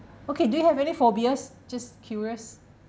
okay do you have any phobias just curious